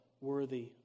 worthy